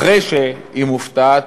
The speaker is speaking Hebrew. אחרי שהיא מופתעת,